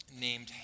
named